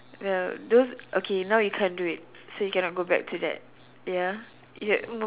ya those okay now you can't do it so you cannot go back to that ya you had